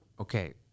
okay